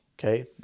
okay